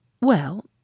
Well